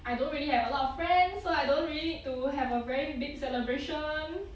I don't really have a lot of friends so I don't really need to have a very big celebration